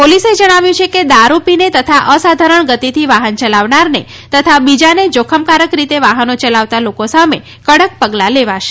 પોલીસે જણાવ્યું છે કે દારૂ પીને તથા અસાધરણ ગતીથી વાહન ચલાવનારને તથા બીજાને જોખમકારક રીતે વાહનો યલાવતા લોકો સામે કડક પગલા લેવાશે